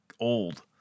old